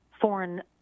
foreign